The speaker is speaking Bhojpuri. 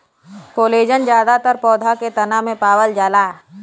कोलेजन जादातर पौधा के तना में पावल जाला